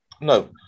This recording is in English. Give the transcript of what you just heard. No